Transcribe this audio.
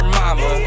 mama